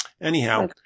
Anyhow